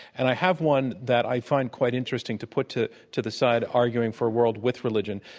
and i have one that i find quite interesting to put to to the side arguing for a world with religion.